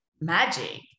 magic